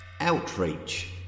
Outreach